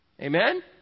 Amen